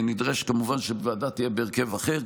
נדרש כמובן שהוועדה תהיה בהרכב אחר,